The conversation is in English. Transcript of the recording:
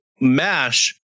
mash